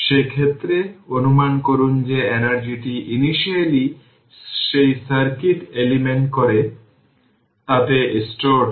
সেই ক্ষেত্রে অনুমান করুন যে এনার্জিটি ইনিশিয়ালী সেই সার্কিট এলিমেন্টে করে তাতে স্টোর হয়